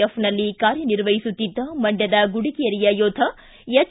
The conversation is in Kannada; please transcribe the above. ಎಫ್ನಲ್ಲಿ ಕಾರ್ಯನಿರ್ವಹಿಸುತ್ತಿದ್ದ ಮಂಡ್ಕದ ಗುಡಿಗೆರೆಯ ಯೋಧ ಹೆಚ್